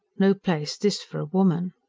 no place this for a woman.